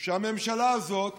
שהממשלה הזאת,